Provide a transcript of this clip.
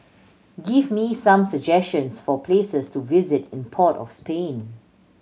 give me some suggestions for places to visit in Port of Spain